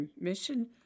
mission